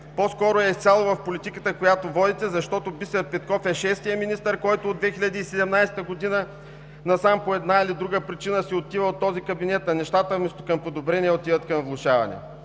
По-скоро е изцяло в политиката, която водите, защото Бисер Петков е шестият министър, който от 2017 г. насам по една или друга причина си отива от този кабинет, а нещата вместо към подобрение, отиват към влошаване.